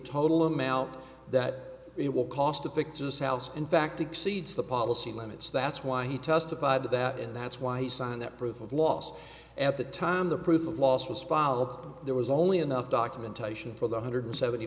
total amount that it will cost to fix this house in fact exceeds the policy limits that's why he testified to that and that's why he signed that proof of loss at the time the proof of lawsuits filed there was only enough documentation for one hundred seventy